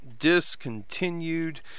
discontinued